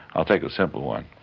i'll take a simple one.